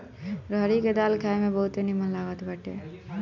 रहरी के दाल खाए में बहुते निमन लागत बाटे